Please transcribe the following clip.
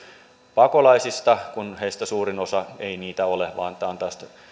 pakolaisista kun heistä suurin osa ei niitä ole vaan tämä on tällaista